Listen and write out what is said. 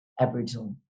Aboriginal